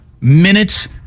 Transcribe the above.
minutes